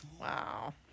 Wow